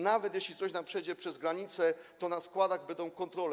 Nawet jeśli coś nam przejdzie przez granicę, to na składach będą kontrole.